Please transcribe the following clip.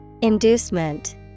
Inducement